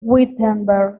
wittenberg